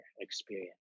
experience